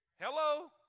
Hello